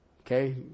Okay